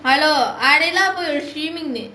hello அதுலாம் ஒரு:athulaam oru swimming